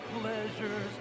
pleasures